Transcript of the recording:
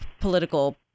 political